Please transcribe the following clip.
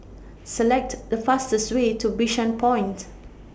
Select The fastest Way to Bishan Point